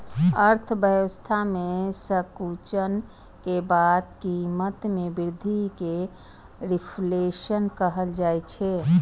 अर्थव्यवस्था मे संकुचन के बाद कीमत मे वृद्धि कें रिफ्लेशन कहल जाइ छै